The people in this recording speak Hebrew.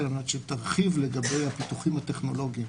על מנת שתרחיב לגבי הפיתוחים הטכנולוגיים.